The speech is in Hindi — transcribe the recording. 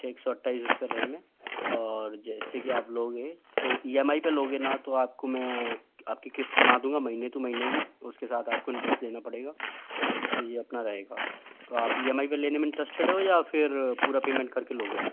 एक सौ अट्ठाईस इसका रैम है और जैसे कि आप लोगे तो ई एम आई पर लोगे ना तो आपको मैं आपकी क़िस्त बना दूँगा महीने टू महीने की उसके साथ आपको इंट्रेस्ट देना पड़ेगा तो यह अपना रहेगा तो आप ई एम आई पर लेने में इंट्रेस्टेड हो या फिर पूरा पेमेंट करके लोगे